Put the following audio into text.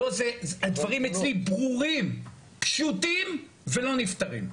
הדברים אצלי ברורים ופשוטים ולא נפתרים.